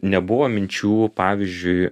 nebuvo minčių pavyzdžiui